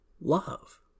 love